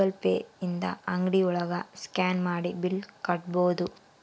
Google Pay ಇಂದ ಅಂಗ್ಡಿ ಒಳಗ ಸ್ಕ್ಯಾನ್ ಮಾಡಿ ಬಿಲ್ ಕಟ್ಬೋದು